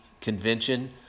convention